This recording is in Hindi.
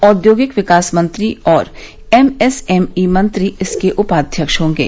औद्योगिक विकास मंत्री और एमएसएमई मंत्री इसके उपाध्यक्ष होंगे